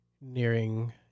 nearing